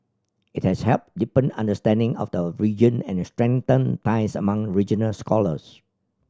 it has helped deepen understanding of the region and strengthened ties among regional scholars